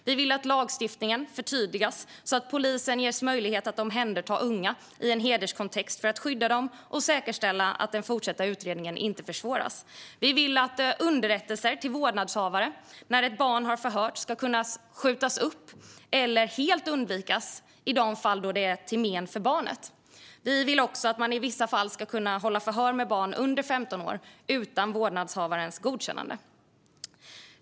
Vi vill att lagstiftningen förtydligas, så att polisen ges möjlighet att omhänderta unga i en hederskontext för att skydda dem och säkerställa att den fortsatta utredningen inte försvåras. Vi vill att underrättelser till vårdnadshavare när ett barn har förhörts ska kunna skjutas upp eller helt undvikas i de fall då det är till men för barnet. Vi vill också att man i vissa fall ska kunna hålla förhör med barn under 15 år utan vårdnadshavarens godkännande.